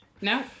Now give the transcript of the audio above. No